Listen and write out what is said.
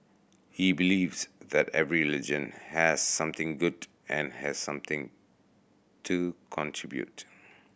he believes that every religion has something good and has something to contribute